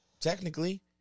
Technically